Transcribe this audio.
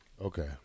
Okay